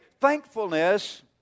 thankfulness